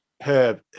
Herb